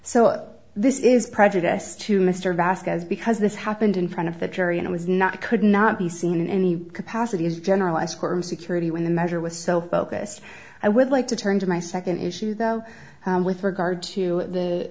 so this is prejudice to mr vasquez because this happened in front of the jury and was not could not be seen in any capacity as general i squirm security when the measure was so focused i would like to turn to my second issue though with regard to the